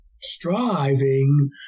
striving